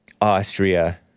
Austria